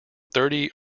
thirty